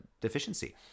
deficiency